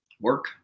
work